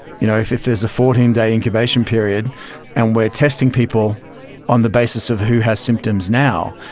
you know if if there's a fourteen day incubation period and we're testing people on the basis of who has symptoms now,